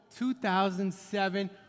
2007